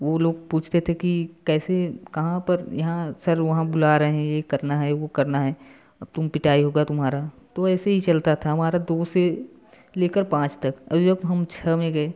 वो लोग पूछते थे की कैसे कहाँ पर यहाँ सर वहाँ बुला रहे हैं ये करना है वो करना है अब तुम पीटाई होगा तुम्हारा तो ऐसे ही चलता था वहाँ तब दो से लेकर पाँच तक हम छ में गए